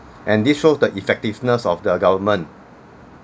and this shows the effectiveness of the government